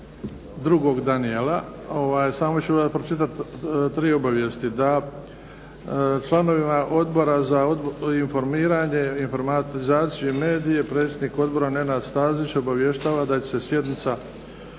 drugog Daniela samo ću vam pročitati 3 obavijesti. Članovima Odbora za informiranje, informatizaciju i medije predsjednik Odbora Nenad Stazić obavještava da će se sjednica 20.